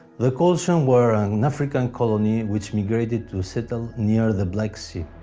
the colchians were an african colony which migrated to settle near the black sea.